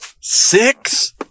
Six